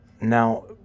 Now